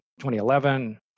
2011